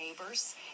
neighbors